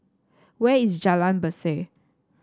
where is Jalan Berseh